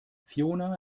fiona